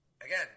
again